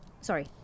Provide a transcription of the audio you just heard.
sorry